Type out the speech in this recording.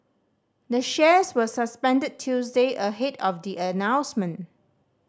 the shares were suspended Tuesday ahead of the announcement